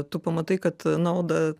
tu pamatai kad nauda